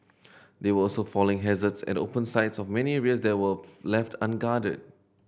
there were also falling hazards at open sides of many areas that were left unguarded